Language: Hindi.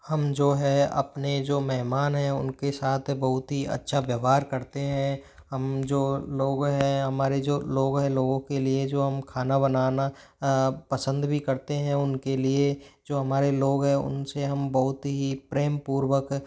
हम जो है अपने जो मेहमान है उनके साथ बहुत ही अच्छा व्यवहार करते हैं हम जो लोग हैं हमारे जो लोग हैं लोगों के लिए जो हम खाना बनाना पसंद भी करते हैं उनके लिए जो हमारे लोग हैं उनसे हम बहुत ही प्रेम पूर्वक